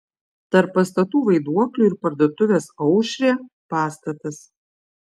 tarp pastatų vaiduoklių ir parduotuvės aušrė pastatas